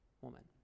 woman